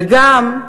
וגם,